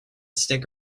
stick